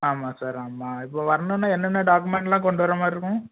ஆமாம் சார் ஆமாம் இப்போது வரணும்னா என்னென்ன டாக்குமெண்ட்டுலாம் கொண்டு வர்ற மாதிரி இருக்கும்